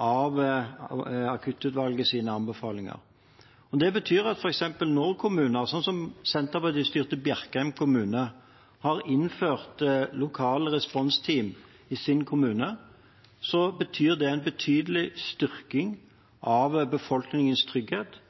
av akuttutvalgets anbefalinger. Når f.eks. kommuner, som Senterparti-styrte Bjerkreim kommune, innfører lokale responsteam i sin kommune, betyr det en betydelig styrking av befolkningens trygghet.